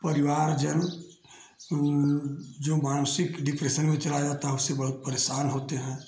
परिवारजन जो मानसिक डिप्रेशन में चला जाता है उससे बहुत परेशान होते हैं